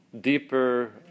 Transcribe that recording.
deeper